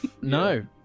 no